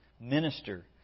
minister